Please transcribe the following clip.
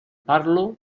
parlo